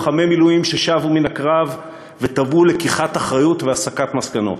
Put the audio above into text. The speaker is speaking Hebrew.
לוחמי מילואים ששבו מן הקרב ותבעו לקיחת אחריות והסקת מסקנות.